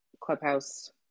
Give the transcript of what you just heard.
Clubhouse